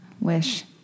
Wish